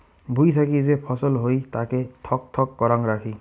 ভুঁই থাকি যে ফছল হই তাকে থক থক করাং রাখি